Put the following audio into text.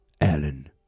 Alan